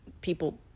people